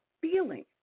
feeling